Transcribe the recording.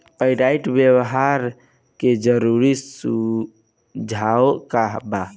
Pyrite व्यवहार के जरूरी सुझाव का वा?